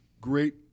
great